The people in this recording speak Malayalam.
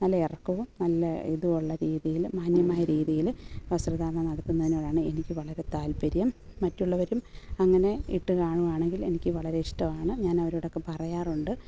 നല്ല ഇറക്കവും നല്ല ഇതുമുള്ള രീതിയിൽ മാന്യമായ രീതിയിൽ വസ്ത്രധാരണം നടത്തുന്നതിനോടാണ് എനിക്ക് വളരെ താല്പര്യം മറ്റുള്ളവരും അങ്ങനെ ഇട്ട് കാണുകയാണെങ്കിൽ എനിക്ക് വളരെ ഇഷ്ടമാണ് ഞാൻ അവരോടൊക്കെ പറയാറുണ്ട്